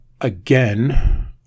Again